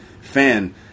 fan